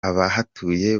abahatuye